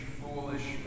foolish